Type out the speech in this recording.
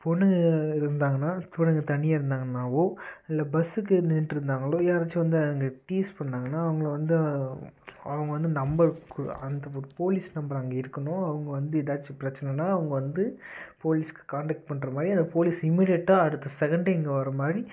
பொண்ணுங்க இருந்தாங்கன்னால் பொண்ணுங்க தனியாக இருந்தாங்கனாவோ இல்லை பஸ்ஸுக்கு நின்றுட்டு இருந்தாங்களோ யாராச்சும் வந்து அங்கே டீஸ் பண்ணாங்கன்னால் அவங்கள வந்து அவங்க வந்து நம்பருக்கு அந்த போலீஸ் நம்பர் அங்கே இருக்கணும் அவங்க வந்து எதாச்சும் பிரச்சனைன்னா அவங்க வந்து போலீஸ்க்கு காண்டேக்ட் பண்ற மாதிரி அந்த போலீஸ் இமீடியட்டாக அடுத்த செகண்ட்டே இங்கே வர்ற மாதிரி